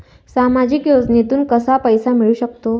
सामाजिक योजनेतून कसा पैसा मिळू सकतो?